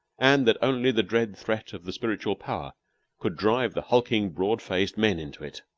and that only the dread threats of the spiritual power could drive the hulking, board-faced men into it.